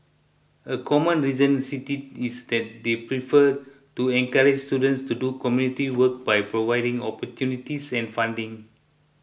a common reason cited is that they prefer to encourage students to do community work by providing opportunities and funding